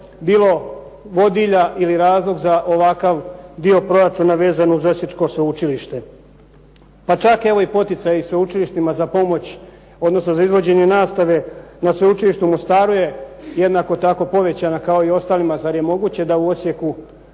bilo vodilja ili razlog za ovakav dio proračuna vezano uz osječko sveučilište. Pa čak evo i poticaj i sveučilištima za pomoć, odnosno za izvođenje nastave na sveučilištu u Mostaru je jednako tako povećana kao i ostalima. Zar je moguće da u Osijeku,